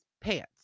pants